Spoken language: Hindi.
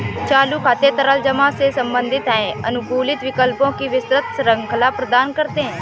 चालू खाते तरल जमा से संबंधित हैं, अनुकूलित विकल्पों की विस्तृत श्रृंखला प्रदान करते हैं